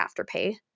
Afterpay